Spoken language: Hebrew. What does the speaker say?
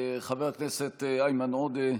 חבר הכנסת איימן עודה,